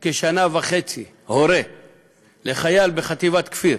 כשנה וחצי הורה לחייל בחטיבת כפיר